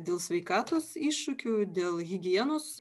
dėl sveikatos iššūkių dėl higienos